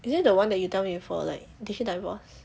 is it the one that you tell me before like did she divorce